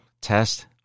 test